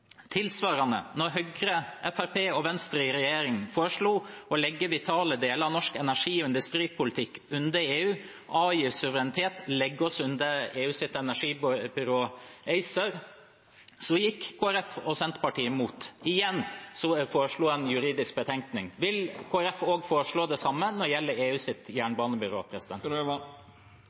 Tilsvarende: Da Høyre, Fremskrittspartiet og Venstre i regjering foreslo å legge vitale deler av norsk energi- og industripolitikk inn under EU, avgi suverenitet, legge oss inn under EUs energibyrå ACER, gikk Kristelig Folkeparti og Senterpartiet imot. Igjen foreslo man en juridisk betenkning. Vil Kristelig Folkeparti foreslå det samme også når det gjelder EUs jernbanebyrå?